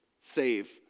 Save